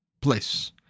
place